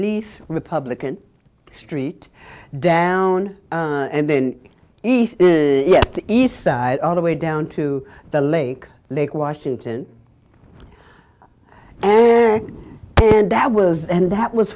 least republican street down and then east yes the east side all the way down to the lake lake washington and and that was and that was